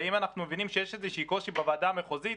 ואם אנחנו מבינים שיש איזשהו קושי בוועדה המחוזית,